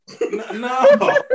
No